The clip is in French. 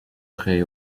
créés